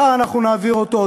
מחר נעביר אותו,